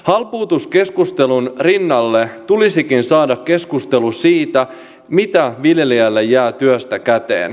halpuutuskeskustelun rinnalle tulisikin saada keskustelu siitä mitä viljelijälle jää työstä käteen